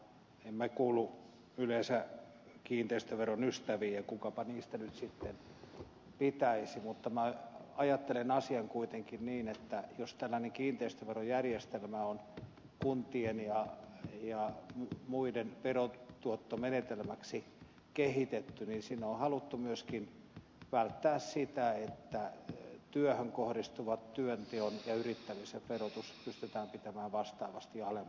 en minä kuulu yleensä kiinteistöveron ystäviin ja kukapa niistä nyt sitten pitäisi mutta minä ajattelen asian kuitenkin niin että jos tällainen kiinteistöverojärjestelmä on kuntien ja muiden verotuottomenetelmäksi kehitetty niin siinä on haluttu myöskin taata se että työhön kohdistuvat työnteon ja yrittämisen verotus pystytään pitämään vastaavasti alemmalla tasolla